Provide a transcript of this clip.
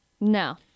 no